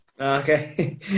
Okay